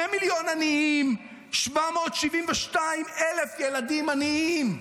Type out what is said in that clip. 2 מיליון עניים, 772,000 ילדים עניים,